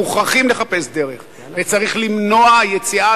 מוכרחים לחפש דרך וצריך למנוע יציאה